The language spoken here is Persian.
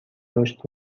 رشد